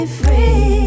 free